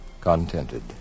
contented